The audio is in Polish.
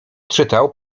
czytał